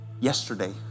yesterday